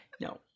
no